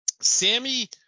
Sammy